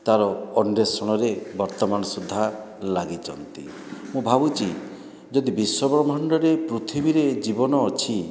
ତା'ର ଅନ୍ୱେଷଣରେ ବର୍ତ୍ତମାନ ସୁଦ୍ଧା ଲାଗିଛନ୍ତି ମୁଁ ଭାବୁଛି ଯଦି ବିଶ୍ୱବ୍ରହ୍ମାଣ୍ଡରେ ପୃଥିବୀରେ ଜୀବନ ଅଛି